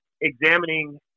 examining